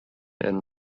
and